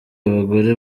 abagore